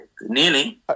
nearly